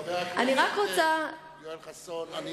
חבר הכנסת יואל חסון.